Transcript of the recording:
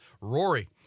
Rory